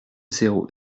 zéro